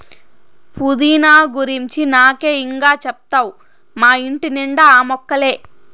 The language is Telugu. పుదీనా గురించి నాకే ఇం గా చెప్తావ్ మా ఇంటి నిండా ఆ మొక్కలే